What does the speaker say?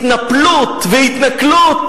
התנפלות והתנכלות,